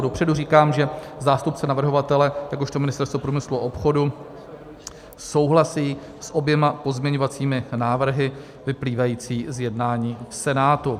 Dopředu říkám, že zástupce navrhovatele jakožto Ministerstvo průmyslu a obchodu souhlasí s oběma pozměňovacími návrhy vyplývajícími z jednání Senátu.